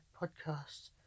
podcast